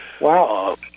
Wow